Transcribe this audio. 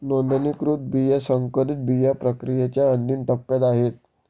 नोंदणीकृत बिया संकरित बिया प्रक्रियेच्या अंतिम टप्प्यात आहेत